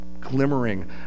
glimmering